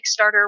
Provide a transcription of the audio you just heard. Kickstarter